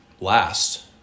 last